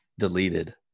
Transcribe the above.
deleted